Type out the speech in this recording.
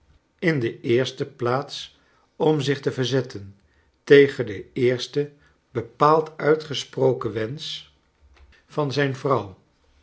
in de eerste plaats om zich te verzetten tegen den eersten bepaald uitgesproken wensch van zijn vrouw